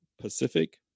Pacific